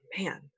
man